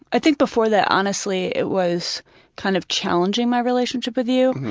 i think before that, honestly, it was kind of challenging, my relationship with you.